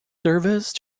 service